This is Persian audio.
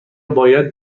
باید